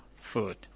food